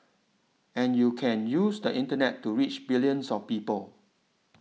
and you can use the Internet to reach billions of people